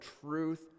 truth